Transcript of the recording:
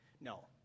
No